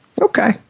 Okay